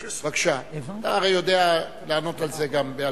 בבקשה, אתה הרי יודע לענות על זה גם בעל-פה.